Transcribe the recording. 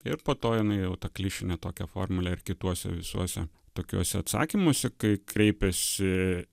ir po to jinai jau ta klišinė tokia formulė ir kituose visuose tokiuose atsakymuose kai kreipiasi